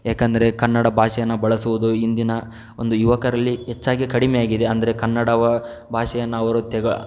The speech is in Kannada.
ಏಕೆಂದರೆ ಕನ್ನಡ ಭಾಷೇನ ಬಳಸುವುದು ಇಂದಿನ ಒಂದು ಯುವಕರಲ್ಲಿ ಹೆಚ್ಚಾಗಿ ಕಡಿಮೆಯಾಗಿದೆ ಅಂದರೆ ಕನ್ನಡವ ಭಾಷೆಯನ್ನು ಅವರು ತೆಗ